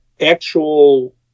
actual